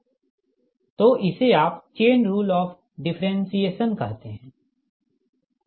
तो इसे आप चेन रूल ऑफ़ डिफरेनसिएसन कहते हैं